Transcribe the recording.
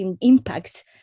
impacts